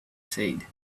said